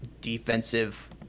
defensive